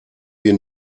wir